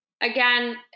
again